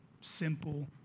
simple